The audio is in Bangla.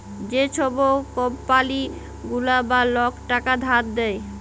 যে ছব কম্পালি গুলা বা লক টাকা ধার দেয়